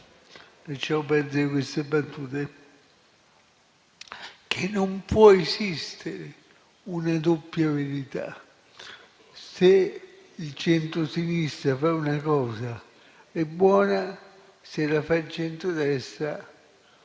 lasciamo perdere queste battute - non può esistere una doppia verità. Se il centrosinistra fa una cosa, è buona; se la fa il centrodestra,